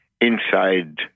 inside